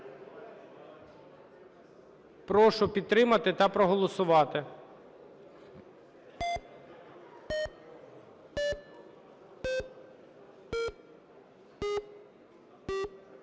Прошу підтримати та проголосувати.